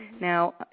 Now